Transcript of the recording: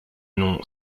nom